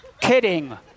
Kidding